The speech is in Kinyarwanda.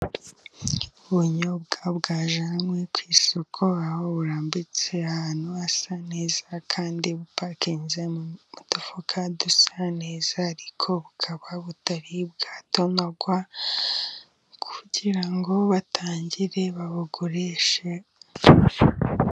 Ubunyobwa bwajyanywe ku isoko, aho burambitse ahantu hasa neza, kandi bupakinze mu mudufuka dusa neza, ariko bukaba butari bwatonorwa, kugira ngo batangire babugurishe.